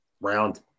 round